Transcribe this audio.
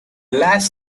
last